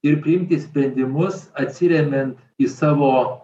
ir priimti sprendimus atsiremiant į savo